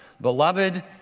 Beloved